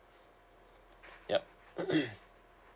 yup mm